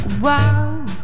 Wow